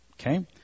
okay